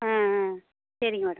ஆ ஆ சரிங்க மேடம்